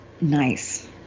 Nice